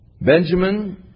Benjamin